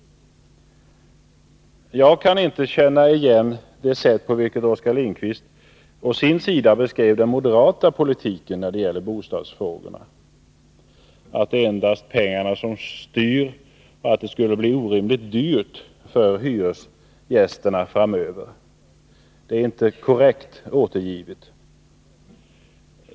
Jag kunde inte känna igen vår politik på den beskrivning som Oskar Lindkvist å sin sida gjorde av den moderata politiken i bostadsfrågorna. Han sade att det endast är pengarna som styr och att det skulle bli orimligt dyrt för hyresgästerna framöver. Det är inte korrekt.